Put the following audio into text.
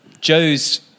Joe's